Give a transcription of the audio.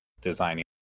designing